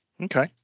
Okay